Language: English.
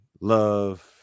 love